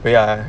but ya